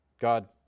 God